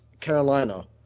Carolina